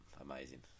Amazing